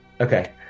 Okay